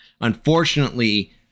Unfortunately